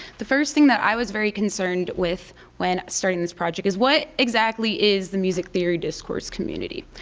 the first thing that i was very concerned with when starting this project is what exactly is the music theory discourse community?